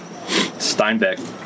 Steinbeck